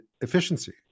efficiency